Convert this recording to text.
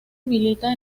milita